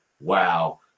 wow